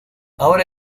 ahora